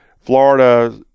Florida